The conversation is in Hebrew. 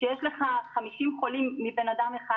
כשיש לך 50 חולים מבן אדם אחד,